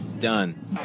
Done